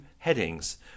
Headings